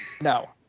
no